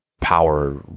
power